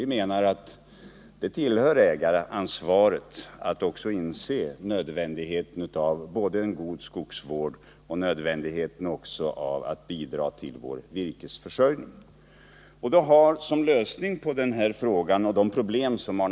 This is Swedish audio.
Vi tycker att det tillhör ägaransvaret både att inse nödvändigheten av en god skogsvård och att bidra till vår virkesförsörjning.